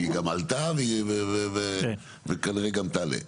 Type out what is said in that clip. והיא גם עלתה וכנראה גם תעלה.